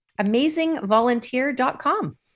Amazingvolunteer.com